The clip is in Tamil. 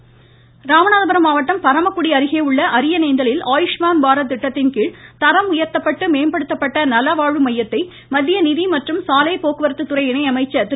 ராதாகிரு்ணன் ராமநாதபுரம் மாவட்டம் பரமக்குடி அருகே உள்ள அரியனேந்தலில் ஆயுமான் பாரத் திட்டத்தின்கீழ் தரம் உயர்த்தப்பட்டு மேம்படுத்தப்பட்ட நல வாழ்வு மையத்தை மத்திய நிதி மற்றும் சாலைப் போக்குவரத்துதுறை இணை அமைச்சர் திரு